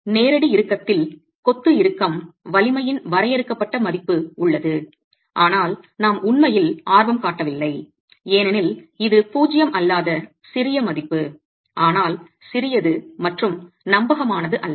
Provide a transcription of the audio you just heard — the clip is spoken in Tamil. நேரடி இறுக்கத்தில் கொத்து இறுக்கம் வலிமையின் வரையறுக்கப்பட்ட மதிப்பு உள்ளது ஆனால் நாம் உண்மையில் ஆர்வம் காட்டவில்லை ஏனெனில் இது பூஜ்ஜியம் அல்லாத சிறிய மதிப்பு ஆனால் சிறியது மற்றும் நம்பகமானது அல்ல